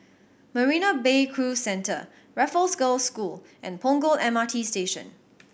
Marina Bay Cruise Centre Raffles Girls' School and Punggol M R T Station